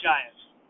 Giants